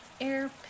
air